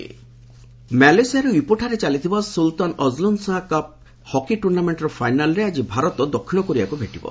hockey Azlan ମାଲେସିଆର ଇପୋଠାରେ ଚାଲିଥିବା ସ୍ୱଲ୍ତାନ ଅଜଲାନ୍ ଶାହା କପ୍ ହକି ଟୂର୍ଣ୍ଣାମେଣ୍ଟର ଫାଇନାଲ୍ରେ ଆଜି ଭାରତ ଦକ୍ଷିଣ କୋରିଆକୁ ଭେଟିବ